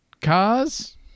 Cars